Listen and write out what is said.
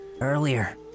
earlier